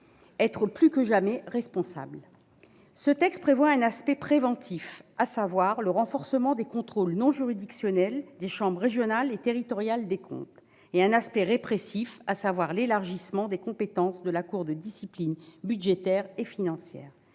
être plus que jamais responsables ! Ce texte prévoit un volet préventif, à savoir le renforcement des contrôles non juridictionnels des chambres régionales et territoriales des comptes, et un volet répressif, à savoir l'élargissement des compétences de la Cour de discipline budgétaire et financière.